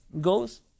Goes